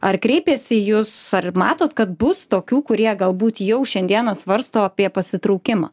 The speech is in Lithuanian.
ar kreipėsi į jus ar matot kad bus tokių kurie galbūt jau šiandieną svarsto apie pasitraukimą